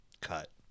cut